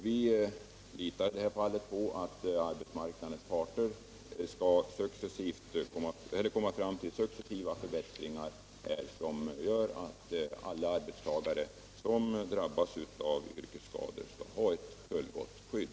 Vi litar i det här fallet på att arbetsmarknadens parter skall komma fram till successiva förbättringar som gör att alla arbetstagare som drabbas av yrkesskador skall ha ett fullgott skydd.